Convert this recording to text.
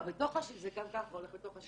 שזה יהיה בתוך ה-65%.